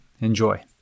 Enjoy